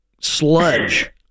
sludge